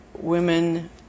women